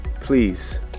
Please